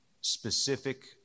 specific